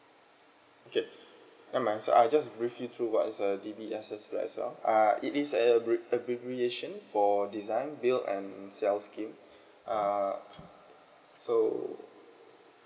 okay never mind so I just brief you through what is a D_B_S_S flat as well err it is a abbre~ abbreviation for design build and sell scheme err so